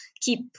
keep